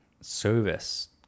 service